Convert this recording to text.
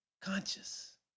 conscious